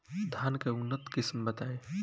धान के उन्नत किस्म बताई?